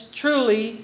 truly